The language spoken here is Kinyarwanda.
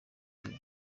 team